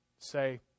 say